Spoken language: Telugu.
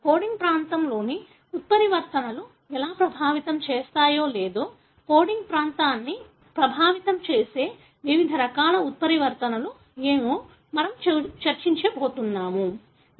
కోడింగ్ ప్రాంతంలోని ఉత్పరివర్తనలు ఎలా ప్రభావితం చేస్తాయో లేదా కోడింగ్ ప్రాంతాన్ని ప్రభావితం చేసే వివిధ రకాల ఉత్పరివర్తనలు ఏమిటో మేము చర్చించబోతున్నాం